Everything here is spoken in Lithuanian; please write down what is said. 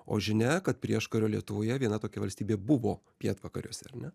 o žinia kad prieškario lietuvoje viena tokia valstybė buvo pietvakariuose ar ne